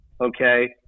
Okay